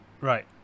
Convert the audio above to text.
right